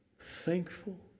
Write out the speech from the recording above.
thankful